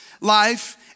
life